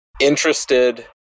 interested